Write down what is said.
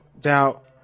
doubt